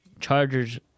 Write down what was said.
Chargers